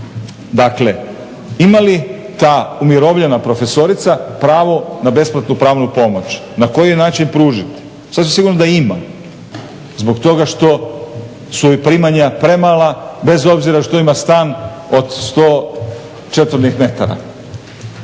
Dakle, ima li ta umirovljena profesorica pravo na besplatnu pravnu pomoć? Na koji način pružiti? Sasvim sigurno da ima, zbog toga što su joj primanja premala, bez obzira što ima stan od 100 četvornih